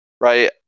right